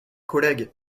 collègues